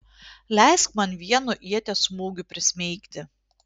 leisk man vienu ieties smūgiu prismeigti